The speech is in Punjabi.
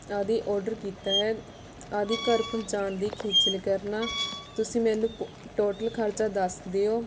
ਆਦਿ ਆਰਡਰ ਕੀਤਾ ਹੈ ਆਦਿ ਘਰ ਪਹੁੰਚਾਉਣ ਦੀ ਖੇਚਲ ਕਰਨਾ ਤੁਸੀਂ ਮੈਨੂੰ ਟੋਟਲ ਖਰਚਾ ਦੱਸ ਦਿਉ